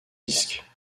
disques